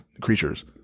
creatures